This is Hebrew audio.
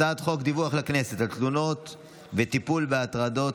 הצעת חוק דיווח לכנסת על תלונות וטיפול בהטרדות